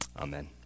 Amen